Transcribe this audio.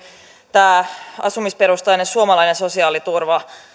tämä asumisperusteinen suomalainen sosiaaliturva